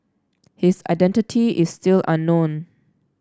his identity is still unknown